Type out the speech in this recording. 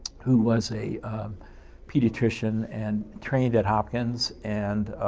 who was a pediatrician and trained at hopkins and